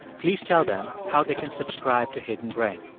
please tell them how they can subscribe to hidden brain.